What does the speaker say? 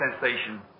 sensation